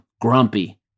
grumpy